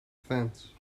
fence